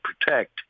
protect